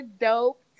dope